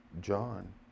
John